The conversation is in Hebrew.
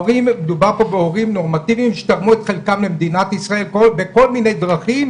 מדובר פה בהורים נורמטיביים שתרמו את חלקם למדינת ישראל בכל מיני דרכים,